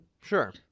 Sure